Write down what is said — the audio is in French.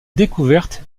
découverte